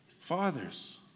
Fathers